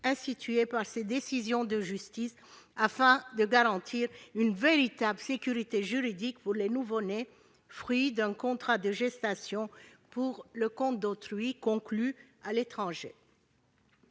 par ces décisions de justice, afin de garantir une véritable sécurité juridique pour les nouveau-nés fruits d'un contrat de gestation pour le compte d'autrui conclu à l'étranger.